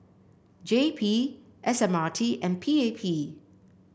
J P S M R T and P A P